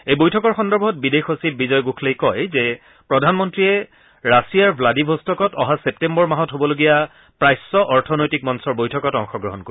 এই বৈঠকৰ সন্দৰ্ভত বিদেশ সচিব বিজয় গোখলেই কয় যে প্ৰধানমন্ত্ৰীয়ে ৰাছিয়াৰ ভ্লাডিভ'ষ্ট'কত অহা ছেপ্টেম্বৰ মাহত হ'বলগীয়া প্ৰাচ্য অৰ্থনৈতিক মঞ্চৰ বৈঠকত অংশগ্লহণ কৰিব